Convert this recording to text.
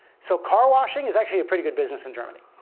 so car washing is actually a pretty good business in germany.